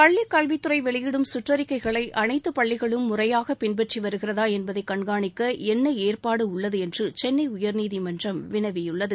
பள்ளிக் கல்வித்துறை வெளியிடும் கற்றறிக்கைகளை அனைத்துப் பள்ளிகளும் முறையாக பின்பற்றி வருகிறதா என்பதைக் கண்காணிக்க என்ன ஏற்பாடு உள்ளது என்று சென்னை உயர்நீதிமன்றம் வினவியுள்ளது